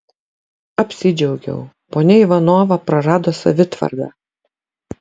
apsidžiaugiau ponia ivanova prarado savitvardą